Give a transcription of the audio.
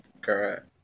Correct